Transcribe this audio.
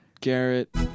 Garrett